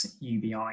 UBI